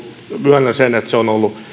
myönnän sen että